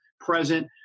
present